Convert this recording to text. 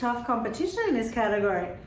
competition in this category,